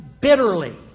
bitterly